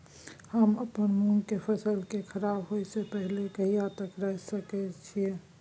हम अपन मूंग के फसल के खराब होय स पहिले कहिया तक रख सकलिए हन?